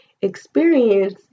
experience